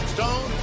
Stone